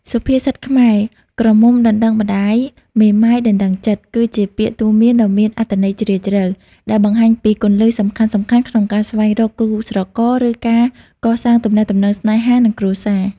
សុភាសិតខ្មែរ "ក្រមុំដណ្ដឹងម្ដាយ មេម៉ាយដណ្ដឹងចិត្ត" គឺជាពាក្យទូន្មានដ៏មានអត្ថន័យជ្រាលជ្រៅ ដែលបង្ហាញពីគន្លឹះសំខាន់ៗក្នុងការស្វែងរកគូស្រករ ឬការកសាងទំនាក់ទំនងស្នេហា និងគ្រួសារ។